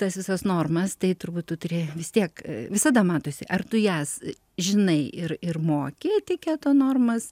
tas visas normas tai turbūt tu turi vis tiek visada matosi ar tu jas žinai ir ir moki etiketo normas